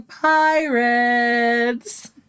pirates